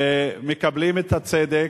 ומקבלים את הצדק,